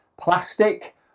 plastic